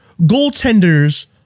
goaltenders